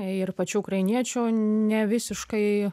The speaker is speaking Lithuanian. ir pačių ukrainiečių nevisiškai